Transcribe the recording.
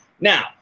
Now